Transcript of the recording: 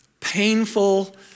painful